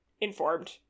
informed